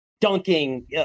dunking